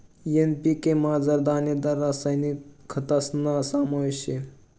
NPK मझार दानेदार रासायनिक खतस्ना समावेश शे